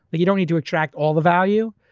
but you don't need to attract all the value.